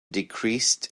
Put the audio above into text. decreased